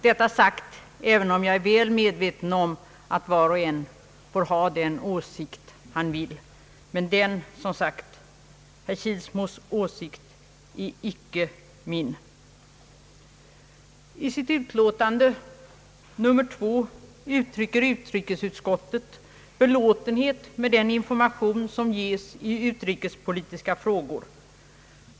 Detta sagt trots att jag är väl medveten om att var och en får ha den åsikt han vill; men herr Kilsmos åsikt är som sagt icke min. I sitt utlåtande nr 2 uttrycker utrikesutskottet belåtenhet med den information som ges i utrikespolitiska frågor.